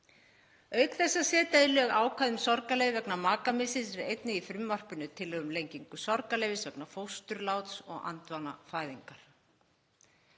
Auk þess að setja í lög ákvæði um sorgarleyfi vegna makamissis er einnig í frumvarpinu tillaga um lengingu sorgarleyfis vegna fósturláts og andvanafæðingar.